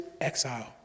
exile